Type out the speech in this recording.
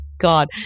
God